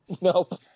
Nope